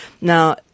Now